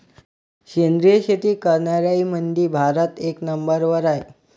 सेंद्रिय शेती करनाऱ्याईमंधी भारत एक नंबरवर हाय